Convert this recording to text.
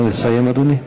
נא לסיים, אדוני.